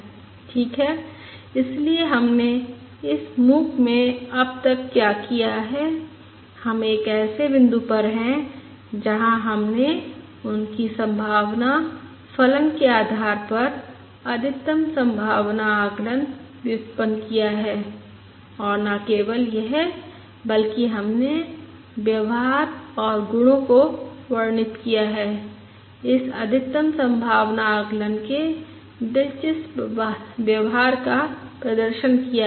ठीक है इसलिए हमने इस MOOC में अब तक क्या किया है हम एक ऐसे बिंदु पर हैं जहां हमने उनकी संभावना फलन के आधार पर अधिकतम संभावना आकलन व्युत्पन्न किया है और न केवल यह बल्कि हमने व्यवहार और गुणों को वर्णित किया है इस अधिकतम संभावना आकलन के दिलचस्प व्यवहार का प्रदर्शन किया है